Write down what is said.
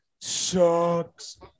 sucks